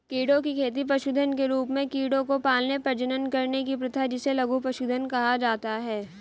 कीड़ों की खेती पशुधन के रूप में कीड़ों को पालने, प्रजनन करने की प्रथा जिसे लघु पशुधन कहा जाता है